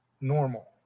normal